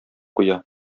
куя